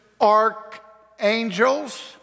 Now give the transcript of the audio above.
archangels